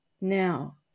now